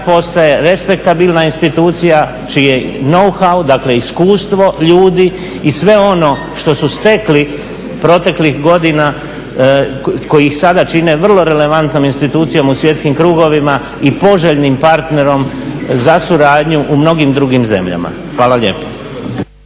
postaje respektabilna institucija čiji je iskustvo ljudi i sve ono što su stekli proteklih godina, koji ih sada čine vrlo relevantnom institucijom u svjetskim krugovima i poželjnim partnerom za suradnju u mnogim drugim zemljama. Hvala lijepo.